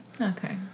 Okay